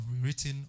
written